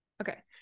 okay